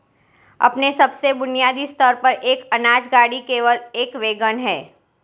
अपने सबसे बुनियादी स्तर पर, एक अनाज गाड़ी केवल एक वैगन है